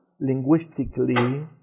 linguistically